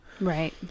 Right